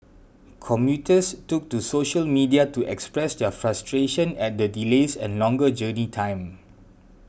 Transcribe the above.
commuters took to social media to express their frustration at the delays and longer journey time